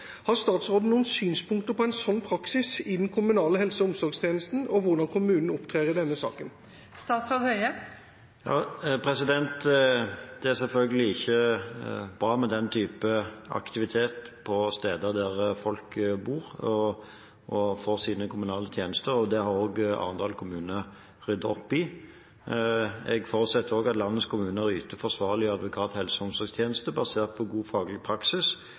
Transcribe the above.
Har statsråden noen synspunkter på en slik praksis i den kommunale helse- og omsorgstjenesten, og hvordan kommunen opptrer i denne saken?» Det er selvfølgelig ikke bra med den typen aktivitet på steder der folk bor og får sine kommunale tjenester. Dette har også Arendal kommune ryddet opp i. Jeg forutsetter at landets kommuner yter forsvarlige og adekvate helse- og omsorgstjenester basert på god faglig praksis